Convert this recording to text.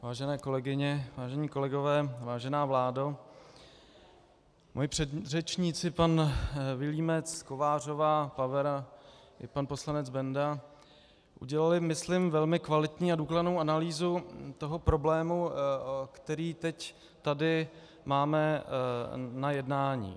Vážené kolegyně, vážení kolegové, vážená vládo, moji předřečníci pan Vilímec, Kovářová, Pavera i pan poslanec Bendl udělali myslím velmi kvalitní a důkladnou analýzu toho problému, který teď tady máme na jednání.